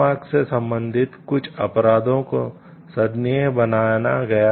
trademark से संबंधित कुछ अपराधों को संज्ञेय बनाया गया